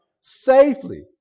safely